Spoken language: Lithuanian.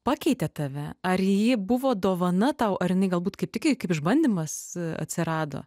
pakeitė tave ar ji buvo dovana tau ar jinai galbūt kaip tik kaip išbandymas atsirado